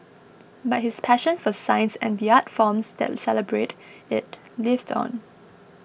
but his passion for science and the art forms that celebrate it lived on